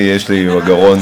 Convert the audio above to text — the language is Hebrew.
כי יש לי בגרון,